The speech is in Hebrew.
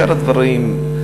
שאר הדברים,